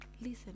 listen